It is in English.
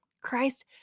Christ